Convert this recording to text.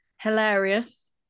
Hilarious